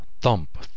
thump